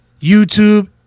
YouTube